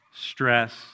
stress